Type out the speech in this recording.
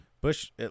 Bush